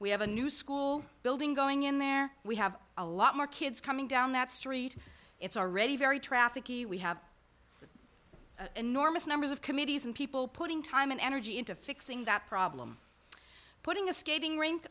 we have a new school building going in there we have a lot more kids coming down that street it's already very traffic e we have an enormous numbers of committees and people putting time and energy into fixing that problem putting a skating rink